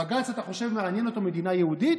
בג"ץ, אתה חושב שמעניינת אותו מדינה יהודית?